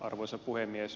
arvoisa puhemies